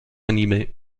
animé